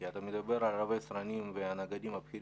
כי אתה מדבר על רבי סרנים והנגדים הבכירים